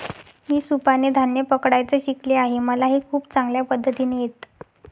मी सुपाने धान्य पकडायचं शिकले आहे मला हे खूप चांगल्या पद्धतीने येत